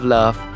Love